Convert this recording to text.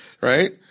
Right